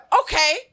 okay